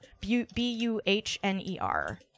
B-U-H-N-E-R